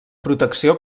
protecció